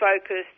focused